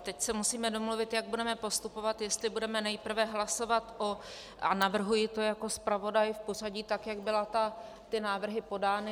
Teď se musíme domluvit, jak budeme postupovat, jestli budeme nejprve hlasovat, a navrhuji to jako zpravodaj, v pořadí, jak byly návrhy podány.